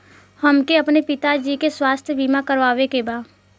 हमके अपने पिता जी के स्वास्थ्य बीमा करवावे के बा?